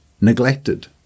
neglected